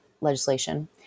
legislation